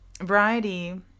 Variety